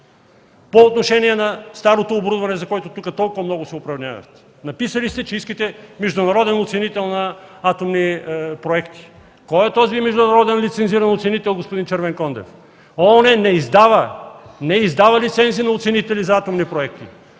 По отношение на старото оборудване, за което тук толкова много се упражнявахте. Написали сте, че искате международен оценител на атомни проекти. Кой е този международен лицензиран оценител, господин Червенкондев? ООН не издава лицензии на оценители за атомни проекти.